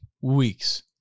weeks